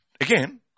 again